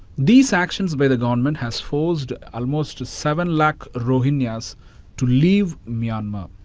these actions by the government has forced almost seven lakh rohingyas to leave myanmar.